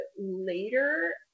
later